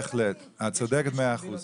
את צודקת במאה אחוז.